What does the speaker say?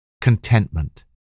contentment